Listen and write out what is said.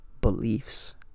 beliefs